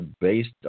based